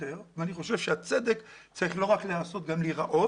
ואני חושב שהצדק צריך לא רק להיעשות אלא גם להיראות